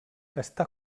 està